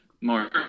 more